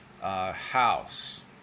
house